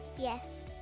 Yes